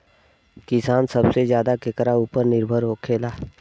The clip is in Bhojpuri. किसान सबसे ज्यादा केकरा ऊपर निर्भर होखेला?